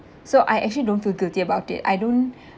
so I actually don't feel guilty about it I don't